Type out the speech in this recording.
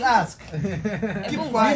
ask